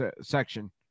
section